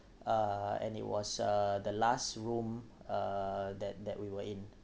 uh and it was uh the last room uh that that we were in